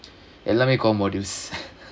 ellaamae:எல்லாமே core modules